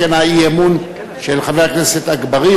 אבל כך הוא אמר,